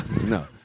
No